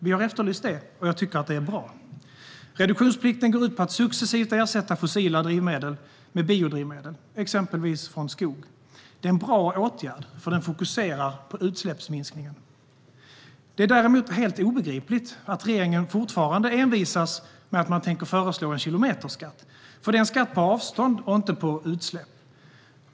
Vi har efterlyst det, och jag tycker att det är bra. Reduktionsplikten går ut på att successivt ersätta fossila drivmedel med biodrivmedel, exempelvis från skog. Det är en bra åtgärd, för den fokuserar på utsläppsminskning. Det är däremot helt obegripligt att regeringen fortfarande envisas med att man tänker föreslå en kilometerskatt, för det är en skatt på avstånd och inte på utsläpp.